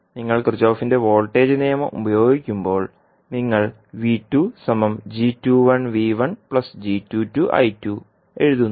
നിങ്ങൾ കിർചോഫിന്റെ വോൾട്ടേജ് നിയമം Kirchhoff's voltage law ഉപയോഗിക്കുമ്പോൾ നിങ്ങൾ എഴുതുന്നു